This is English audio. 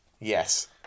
Yes